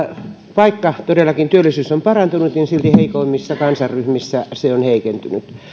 vaikka työllisyys todellakin on parantunut niin silti heikoimmissa kansanryhmissä se on heikentynyt